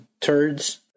turds